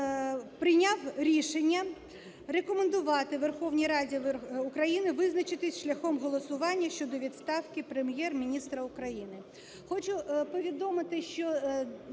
прийняв рішення рекомендувати Верховній Раді України визначитись шляхом голосування щодо відставки Прем'єр-міністра України.